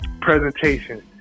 presentation